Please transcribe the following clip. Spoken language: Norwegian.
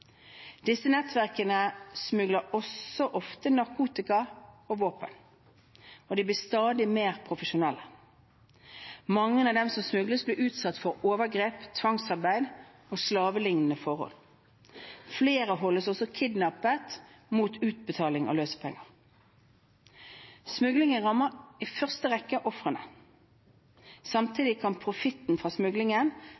Disse nettverkene smugler ofte også narkotika og våpen, og de blir stadig mer profesjonelle. Mange av dem som smugles, blir utsatt for overgrep, tvangsarbeid og slavelignende forhold. Flere holdes også kidnappet mot utbetaling av løsepenger. Smuglingen rammer i første rekke ofrene. Samtidig kan profitten fra smuglingen